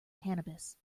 cannabis